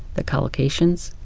the collocations,